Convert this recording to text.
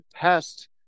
test